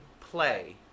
play